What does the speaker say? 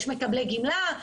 יש מקבלי גמלה,